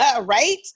Right